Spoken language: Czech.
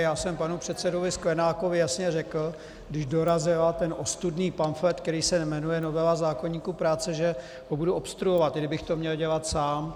Já jsem panu předsedovi Sklenákovi jasně řekl, když dorazil ten ostudný pamflet, který se jmenuje novela zákoníku práce, že ho budu obstruovat, i kdybych to měl dělat sám.